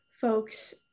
folks